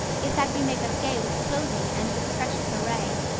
if that we make us gay with clothing and with precious array,